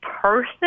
person